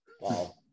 wow